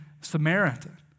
Samaritan